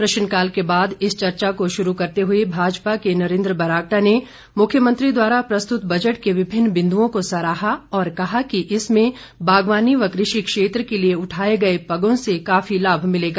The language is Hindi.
प्रश्नकाल के बाद इस चर्चा को शुरू करते हुए भाजपा के नरेन्द्र बरागटा ने मुख्यमंत्री द्वारा प्रस्तुत बजट के विभिन्न बिन्दुओं को सराहा और कहा कि इसमें बागवानी व कृषि क्षेत्र के लिए उठाए गए पगों से काफी लाम मिलेगा